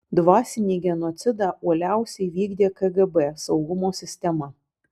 dvasinį genocidą uoliausiai vykdė kgb saugumo sistema